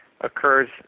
occurs